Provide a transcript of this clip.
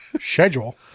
Schedule